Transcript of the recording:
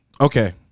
Okay